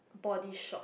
Body Shop